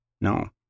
No